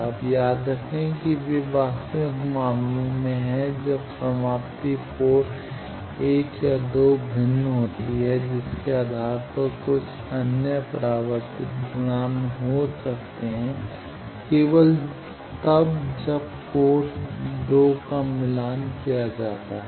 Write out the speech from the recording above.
अब याद रखें कि वे वास्तविक मामलों में हैं जब समाप्ति पोर्ट 1 या 2 में भिन्न होती है जिसके आधार पर कुछ अन्य परावर्तित गुणांक हो सकते हैं केवल तब जब पोर्ट 2 का मिलान किया जाता है